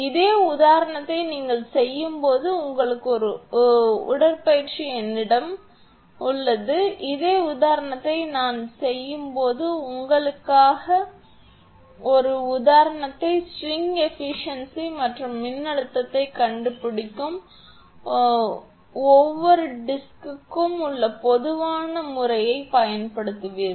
இதே உதாரணத்தை நீங்கள் செய்யும் போது உங்களுக்காக ஒரு உடற்பயிற்சி என்னிடம் உள்ளது உதாரணம் உங்கள் ஸ்ட்ரிங் ஏபிசியன்சி மற்றும் மின்னழுத்தத்தைக் கண்டறியும் ஒவ்வொரு டிஸ்க்கும் உங்கள் பொதுவான முறையைப் பயன்படுத்துங்கள்